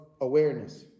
awareness